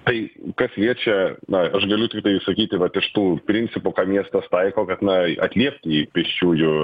tai kas liečia na aš galiu tiktai sakyti vat iš tų principų ką miestas taiko kad na atliepti į pėsčiųjų